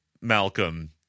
Malcolm